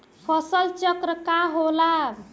फसल चक्र का होला?